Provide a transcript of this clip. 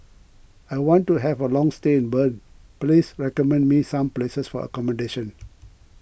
I want to have a long stay in Bern please recommend me some places for accommodation